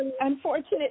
unfortunate